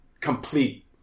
complete